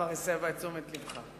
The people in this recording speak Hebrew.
כבר הסבה את תשומת לבך לכך.